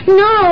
no